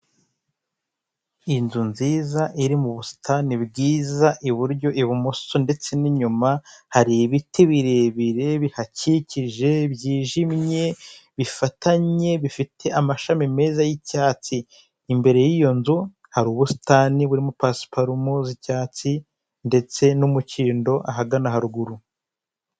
Inzu nziza iri m'ubusitani bwiza iburyo ibumoso ndetse n'inyuma hari ibiti birebire bihakikije byijimye bifatanye bifite amashami meza y'icyatsi, imbere y'iyo nzu hari ubusitani burimo pasiparumu z'icyatsi ndetse n'umukindo ahagana haruguru.